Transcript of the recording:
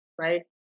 Right